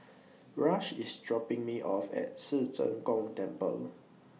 Rush IS dropping Me off At Ci Zheng Gong Temple